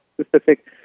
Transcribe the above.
specific